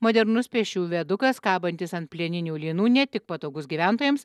modernus pėsčiųjų viadukas kabantis ant plieninių lynų ne tik patogus gyventojams